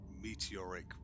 meteoric